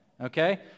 Okay